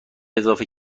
اضافه